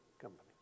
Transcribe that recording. company